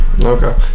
Okay